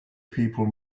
people